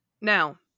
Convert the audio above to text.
Now